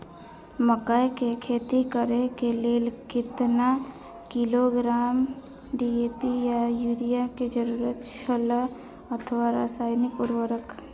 मकैय के खेती करे के लेल केतना किलोग्राम डी.ए.पी या युरिया के जरूरत छला अथवा रसायनिक उर्वरक?